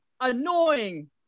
annoying